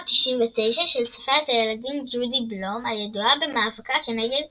1999 של סופרת הילדים ג'ודי בלום הידועה במאבקה כנגד